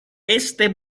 este